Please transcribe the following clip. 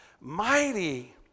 mighty